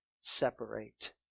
separate